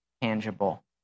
tangible